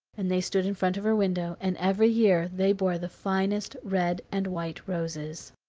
and they stood in front of her window, and every year they bore the finest red and white roses.